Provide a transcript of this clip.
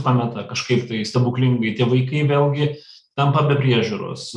pameta kažkaip tai stebuklingi tie vaikai vėlgi tampa be priežiūros